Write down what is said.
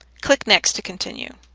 click next to continue.